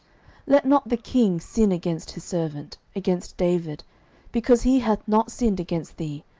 let not the king sin against his servant, against david because he hath not sinned against thee,